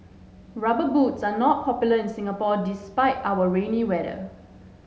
rubber boots are not popular in Singapore despite our rainy weather